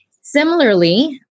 Similarly